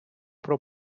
про